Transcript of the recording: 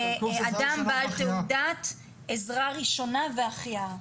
אדם בעל תעודת עזרה ראשונה והחייאה.